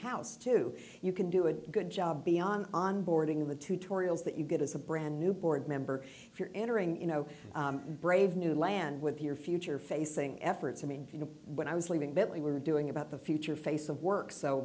house two you can do a good job beyond onboarding the tutorials that you get as a brand new board member if you're entering in a brave new land with your future facing efforts i mean you know when i was leaving bentley we were doing about the future face of work so